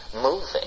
moving